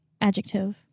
Adjective